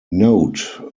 note